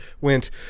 went